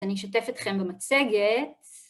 אני אשתף אתכם במצגת.